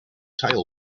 tail